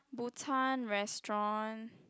Bhutan restaurant